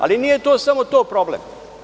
Ali nije to samo to problem.